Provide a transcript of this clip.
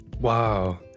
Wow